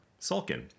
Sulkin